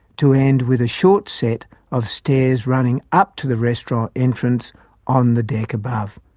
to end with a short set of stairs running up to the restaurant entrance on the deck above.